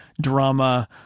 drama